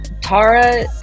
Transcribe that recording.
Tara